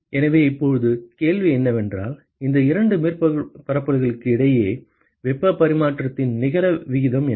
எனவே இப்போது கேள்வி என்னவென்றால் இந்த இரண்டு மேற்பரப்புகளுக்கு இடையே வெப்ப பரிமாற்றத்தின் நிகர விகிதம் என்ன